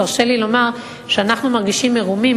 תרשה לי לומר שאנחנו מרגישים מרומים,